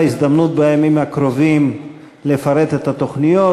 הזדמנות בימים הקרובים לפרט את התוכניות,